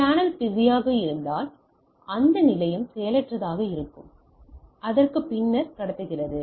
channel பிஸியாக இருந்தால் அந்த நிலையம் செயலற்றதாக இருக்கும் பின்னர் கடத்துகிறது